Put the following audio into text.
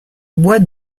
bois